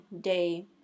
day